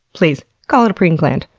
please, call it a preen gland.